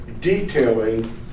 detailing